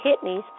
kidneys